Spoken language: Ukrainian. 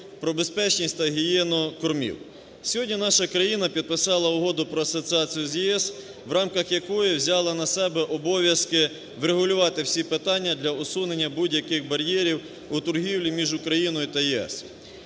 про безпечність та гігієну кормів. Сьогодні наша країна підписала Угоду про Асоціацію з ЄС, в рамках якої взяла на себе обов'язки врегулювати всі питання для усунення будь-яких бар'єрів у торгівлі між Україною та ЄС.